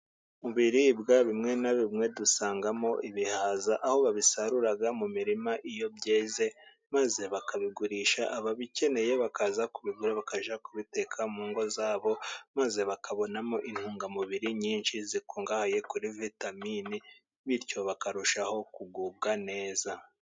Mu biribwa bimwe na bimwe dusangamo ibihaza ,aho babisarura mu mirima iyo byeze maze bakabigurisha, ababikeneye bakaza kubigura bakajya kubiteka mu ngo zabo ,maze bakabonamo intungamubiri nyinshi zikungahaye kuri vitamine, bityo bakarushaho kugubwa neza.